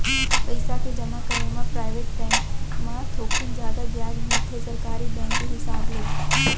पइसा के जमा करे म पराइवेट बेंक म थोकिन जादा बियाज मिलथे सरकारी बेंक के हिसाब ले